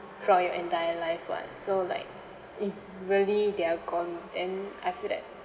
throughout your entire life [what] so like if really they're gone then I feel that